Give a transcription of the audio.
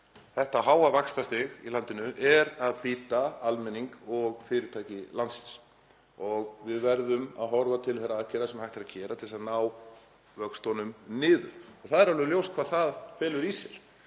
þetta háa vaxtastig í landinu er að bíta almenning og fyrirtæki landsins og við verðum að horfa til þeirra aðgerða sem hægt er að fara í til þess að ná vöxtunum niður. Það er alveg ljóst hvað það felur í sér.